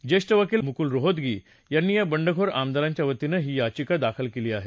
ज्येष्ठ वकील मुकूल रोहतगी यांनी या बंडखोर आमदारांच्या वतीनं ही याचिका दाखल केली आहे